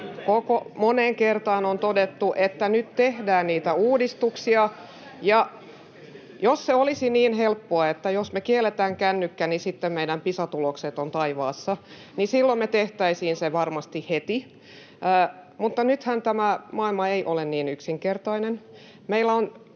moneen kertaan todettu, että nyt tehdään niitä uudistuksia. Jos se olisi niin helppoa, että jos me kielletään kännykkä, meidän Pisa-tulokset ovat taivaassa, niin silloin me tehtäisiin se varmasti heti, mutta nythän tämä maailma ei ole niin yksinkertainen. Meillä on